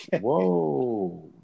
Whoa